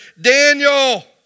Daniel